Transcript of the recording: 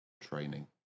training